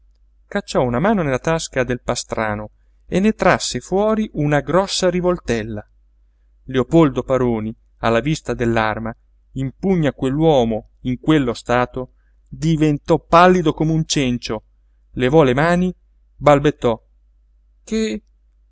cacciò una mano nella tasca del pastrano e ne trasse fuori una grossa rivoltella leopoldo paroni alla vista dell'arma in pugno a quell'uomo in quello stato diventò pallido come un cencio levò le mani balbettò che